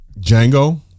Django